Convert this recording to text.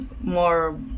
more